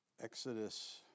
Exodus